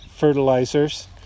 fertilizers